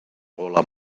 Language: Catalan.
gola